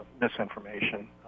misinformation